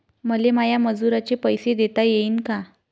मले माया मजुराचे पैसे देता येईन का?